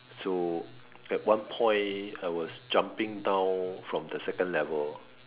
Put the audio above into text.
so at one point I was jumping down from the second level